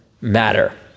matter